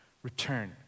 Return